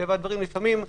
מטבע הדברים לפעמים,